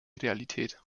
realität